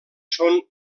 són